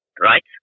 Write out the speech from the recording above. Right